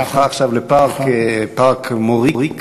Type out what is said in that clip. שהפכה עכשיו לפארק מוריק,